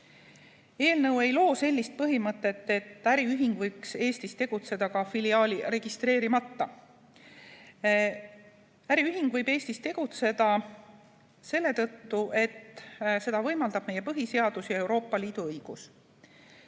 Eelnõu ei loo sellist põhimõtet, et äriühing võiks Eestis tegutseda ka filiaali registreerimata. Äriühing võib Eestis tegutseda selle tõttu, et seda võimaldab meie põhiseadus ja Euroopa Liidu õigus.